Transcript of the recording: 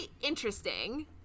interesting